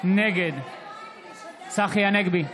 נגד צחי הנגבי,